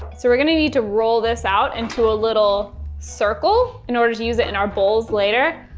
so we're going to need to roll this out into a little circle in order to use it in our bowls later.